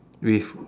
with